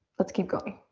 let's keep going.